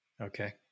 Okay